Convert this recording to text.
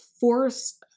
force